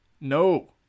No